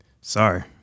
Sorry